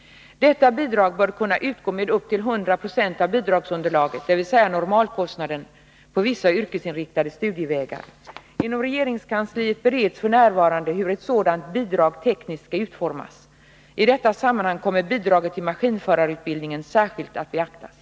Detta bidrag bör kunna utgå med upp till 100 96 av bidragsunderlaget, dvs. normalkostnaden, på vissa yrkesinriktade studievägar. Inom regeringskansliet bereds f. n. hur ett sådant bidrag tekniskt skall utformas. I detta sammanhang kommer bidraget till maskinförarutbildningen särskilt att beaktas.